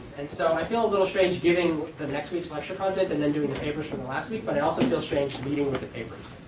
and so i feel a little strange giving the next week's lecture content and then doing the papers from the last week. but i also feel strange leading with the papers.